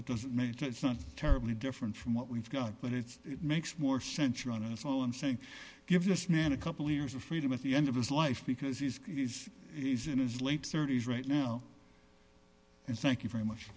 it doesn't mean it's not terribly different from what we've got but it's it makes more sense than us all i'm saying give this man a couple years of freedom at the end of his life because he is he's in his late thirty's right now and thank you very much